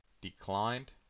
declined